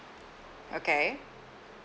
okay